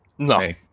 No